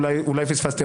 אולי פספסתי,